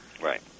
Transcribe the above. Right